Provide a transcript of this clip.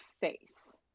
face